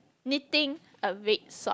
knitting a big sock